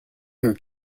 her